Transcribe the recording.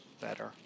better